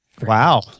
wow